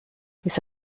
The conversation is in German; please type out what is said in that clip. bis